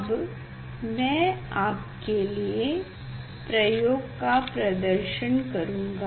अब मैं आप के लिए प्रयोग का प्रदर्शन करूँगा